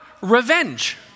Revenge